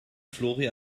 flori